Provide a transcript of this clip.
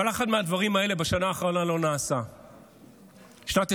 אבל אף אחד מהדברים האלה לא נעשה בשנה האחרונה.